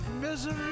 misery